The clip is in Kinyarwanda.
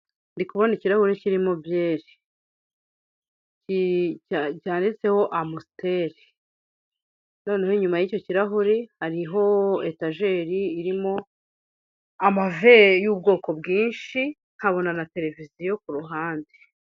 Ndikubona ikirahure kirimo byeri cyanditseho amusiteri, noneho inyuma y'icyo kirahure hariho etajeri irimo amave y'ubwoko bwinshi nkabona na terevisiyo ku ruhande.